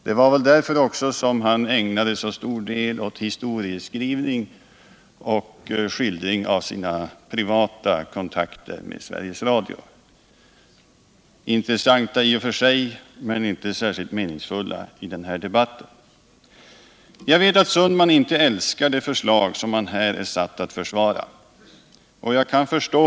Det var väl också därför han ägnade så stor del åt historieskrivning och skildring av sina privata kontakter med Sveriges Radio — intressanta i och för sig men inte särskilt meningsfulla i den här debatten. Jag vet att Per Olof Sundman inte älskar det förslag som han här är satt att försvara.